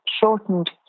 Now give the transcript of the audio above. shortened